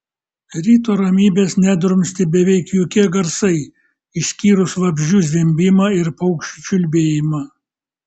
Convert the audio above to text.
ryto ramybės nedrumstė beveik jokie garsai išskyrus vabzdžių zvimbimą ir paukščių čiulbėjimą